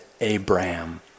Abraham